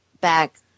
Back